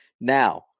Now